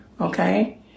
okay